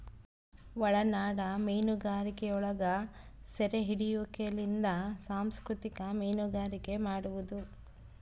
ಒಳನಾಡ ಮೀನುಗಾರಿಕೆಯೊಳಗ ಸೆರೆಹಿಡಿಯುವಿಕೆಲಿಂದ ಸಂಸ್ಕೃತಿಕ ಮೀನುಗಾರಿಕೆ ಮಾಡುವದು